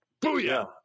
Booyah